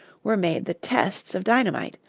were made the tests of dynamite,